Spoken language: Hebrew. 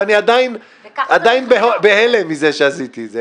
ואני עדיין בהלם מזה שעשיתי את זה.